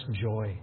joy